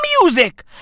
music